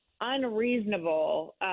unreasonable